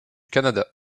canada